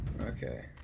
Okay